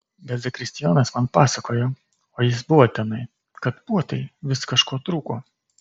bet zakristijonas man pasakojo o jis buvo tenai kad puotai vis kažko trūko